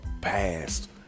past